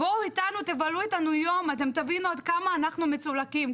בואו איתנו תבלו איתנו יום ותבינו עד כמה אנחנו מצולקים.